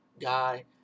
guy